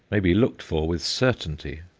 may be looked for with certainty.